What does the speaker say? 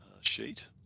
sheet